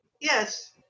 Yes